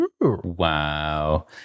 Wow